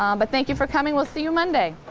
um but thank you for coming. we'll see you monday.